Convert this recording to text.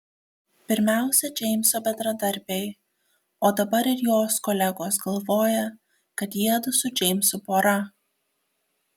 pirmiausia džeimso bendradarbiai o dabar ir jos kolegos galvoja kad jiedu su džeimsu pora